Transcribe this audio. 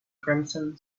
crimson